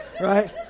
Right